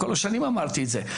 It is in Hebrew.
כל השנים אמרתי את זה,